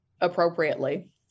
appropriately